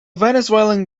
venezuelan